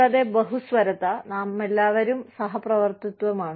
കൂടാതെ ബഹുസ്വരത നാമെല്ലാവരും സഹവർത്തിത്വമാണ്